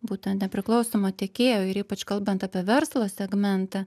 būtent nepriklausomo tiekėjo ir ypač kalbant apie verslo segmentą